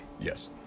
Yes